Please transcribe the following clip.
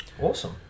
Awesome